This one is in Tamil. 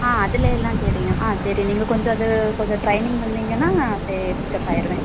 ஆ அதில் எல்லாம் தெரியும் ஆ தெரியும் நீங்கள் கொஞ்சம் அது கொஞ்சம் ட்ரைனிங் தந்தீங்கன்னால் நான் அப்படியே பிக்கப் ஆயிடுவேன்